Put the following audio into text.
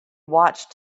watched